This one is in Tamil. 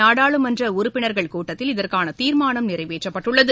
நாடாளுமன்ற உறுப்பினர்கள்கூட்டத்தில் இதற்கான தீர்மானம் நிறைவேற்றப்பட்டுள்ளது